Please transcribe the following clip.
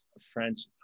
French